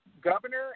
governor